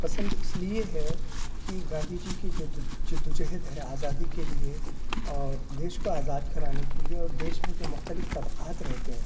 پسند اس لیے ہے کہ گاندھی جی کے جو جّد و جہد ہے آزادی کے لیے اور دیش کو آزاد کرانے کے لیے اور دیش میں جو مختلف طبقات رہتے ہیں